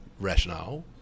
rationale